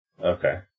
Okay